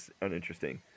uninteresting